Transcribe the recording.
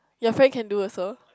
your face can do also